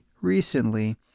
recently